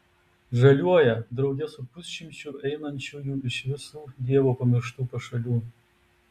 žaliuoja drauge su pusšimčiu einančiųjų iš visų dievo pamirštų pašalių